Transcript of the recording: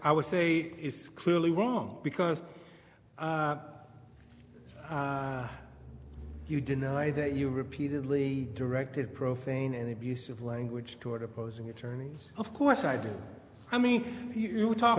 i would say it's clearly wrong because you deny that you repeatedly directed profane and abusive language toward opposing attorneys of course i do i mean you talk